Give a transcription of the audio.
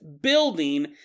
building